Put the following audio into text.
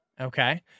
okay